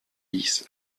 dix